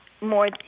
more